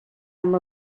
amb